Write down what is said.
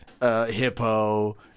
Hippo